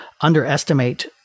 underestimate